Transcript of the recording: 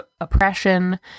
oppression